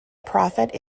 profit